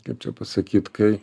kaip čia pasakyt kai